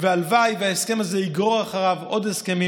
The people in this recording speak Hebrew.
והלוואי וההסכם הזה יגרור אחריו עוד הסכמים.